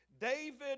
David